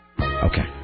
Okay